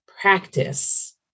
practice